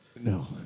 No